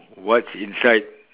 what's inside